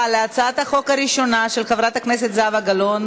אבל להצעת החוק הראשונה של חברת הכנסת זהבה גלאון